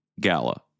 Gala